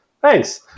thanks